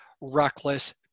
reckless